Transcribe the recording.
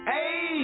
Hey